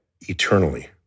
eternally